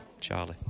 charlie